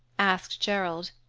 asked gerald.